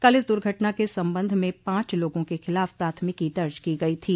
कल इस दुर्घटना के संबंध में पांच लोगों के खिलाफ प्राथमिकी दर्ज की गई थी